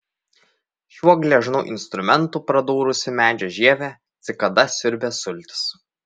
šiuo gležnu instrumentu pradūrusi medžio žievę cikada siurbia sultis